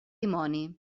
dimoni